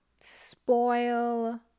spoil